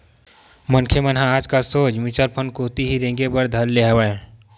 मनखे मन ह आजकल सोझ म्युचुअल फंड कोती ही रेंगे बर धर ले हवय